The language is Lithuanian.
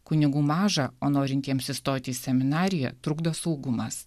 kunigų maža o norintiems įstot į seminariją trukdo saugumas